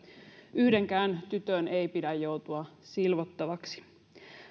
yhdenkään tytön ei pidä joutua silvottavaksi